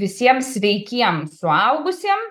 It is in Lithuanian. visiem sveikiem suaugusiem